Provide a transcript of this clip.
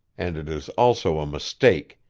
and it is also a mistake.